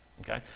Okay